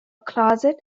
closet